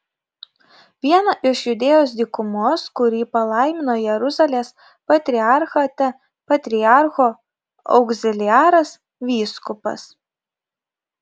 vieną iš judėjos dykumos kurį palaimino jeruzalės patriarchate patriarcho augziliaras vyskupas